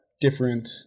different